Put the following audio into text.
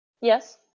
Yes